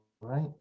right